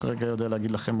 כרגע אני לא יודע להגיד לכם,